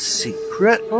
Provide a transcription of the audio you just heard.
secret